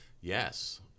Yes